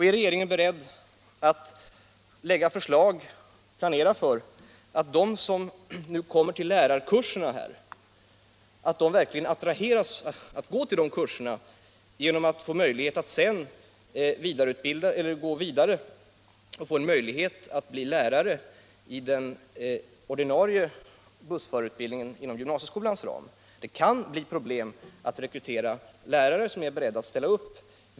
Är regeringen vidare beredd att planera för att göra lärarkurserna verkligt attraktiva för dem som söker sig till dessa genom att de får möjlighet att sedan gå vidare och bli lärare i den ordinarie bussförarutbildningen inom gymnasieskolans ram? Det kan bli problem att rekrytera lärare som är beredda att ställa upp i arbetsmarknadsutbildningen.